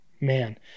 man